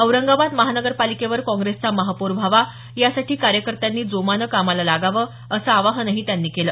औरंगाबाद महापालिकेवर काँग्रेसचा महापौर व्हावा यासाठी कार्यकर्त्यांनी जोमानं कामाला लागावं असं आवाहनही त्यांनी केलं